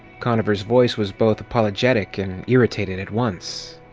conover's voice was both apologetic and irritated at once.